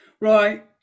Right